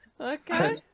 Okay